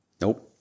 Nope